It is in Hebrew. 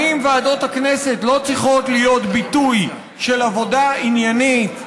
האם ועדות הכנסת לא צריכות להיות ביטוי של עבודה עניינית,